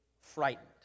frightened